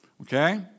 Okay